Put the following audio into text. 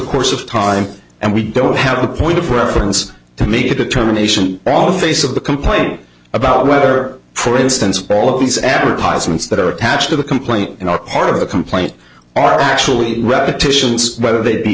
course of time and we don't have a point of reference to make a determination all face of the complaint about whether for instance of all of these advertisements that are attached to the complaint and are part of the complaint are actually repetitions whether they be